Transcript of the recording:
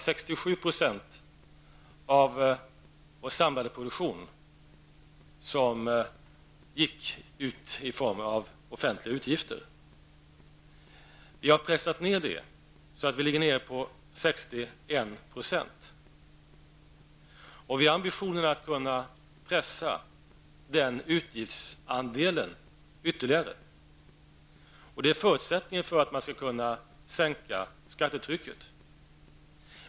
67 % av vår samlade produktion gick bort i form av offentliga utgifter. Vi har pressat ned detta procenttal, och nu är vi nere på 61 %. Vi har ambitionen att ytterligare pressa ned de utgifterna. Det är en förutsättning för att det skall gå att sänka skattetrycket.